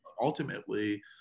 Ultimately